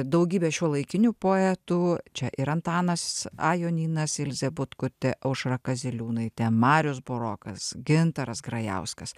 daugybė šiuolaikinių poetų čia ir antanas a jonynas ilzė butkutė aušra kaziliūnaitė marius burokas gintaras grajauskas